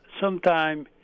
sometime